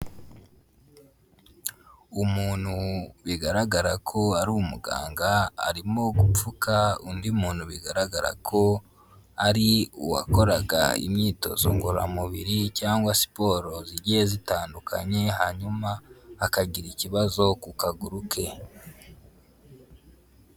Umuntu bigaragara ko ari umuganga, arimo gupfuka undi muntu bigaragara ko ari uwakoraga imyitozo ngororamubiri cyangwa siporo zigiye zitandukanye, hanyuma akagira ikibazo ku kaguru ke.